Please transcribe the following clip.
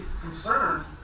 concerned